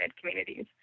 communities